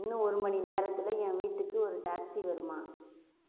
இன்னும் ஒரு மணி நேரத்தில் என் வீட்டுக்கு ஒரு டாக்ஸி வருமா